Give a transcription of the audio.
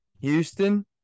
Houston